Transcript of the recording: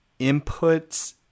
Inputs